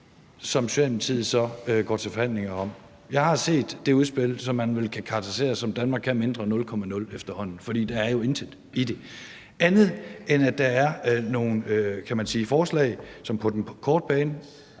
Socialdemokratiet så går til forhandlinger om? Jeg har set det udspil, som man vel efterhånden kan kalde »Danmark kan mindre 0.0«, for der er jo intet i det, andet end at der er nogle forslag, som på den korte bane